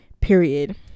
Period